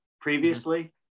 previously